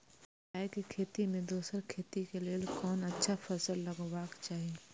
राय के खेती मे दोसर खेती के लेल कोन अच्छा फसल लगवाक चाहिँ?